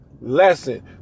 lesson